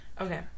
okay